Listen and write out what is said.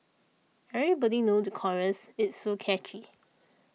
everybody knew the chorus it's so catchy